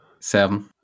Seven